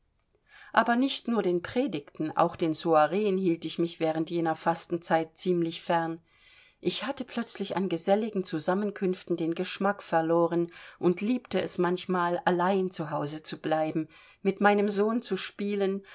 aber nicht nur den predigten auch den soiren hielt ich mich während jener fastenzeit ziemlich fern ich hatte plötzlich an geselligen zusammenkünften den geschmack verloren und liebte es manchmal allein zu hause zu bleiben mit meinem sohn zu spielen